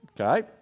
Okay